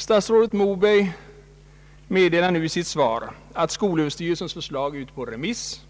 Statsrådet Moberg meddelar nu i sitt svar att skolöverstyrelsens förslag är ute på remiss